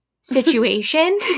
situation